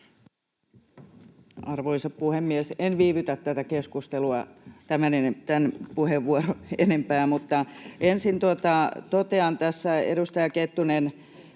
Arvoisa puhemies! En viivytä tätä keskustelua tätä puheenvuoroa enempää, mutta ensin totean, että edustaja Kettunen